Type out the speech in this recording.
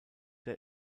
der